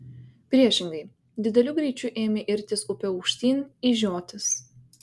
priešingai dideliu greičiu ėmė irtis upe aukštyn į žiotis